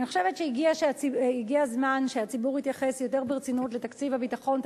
ואני חושבת שהגיע הזמן שהציבור יתייחס יותר ברצינות לתקציב הביטחון.